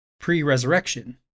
pre-resurrection